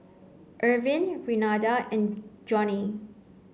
Ervin Renada and Johnnie